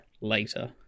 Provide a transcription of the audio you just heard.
later